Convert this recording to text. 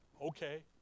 okay